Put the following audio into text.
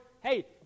hey